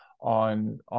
on